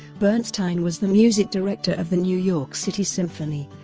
bernstein was the music director of the new york city symphony,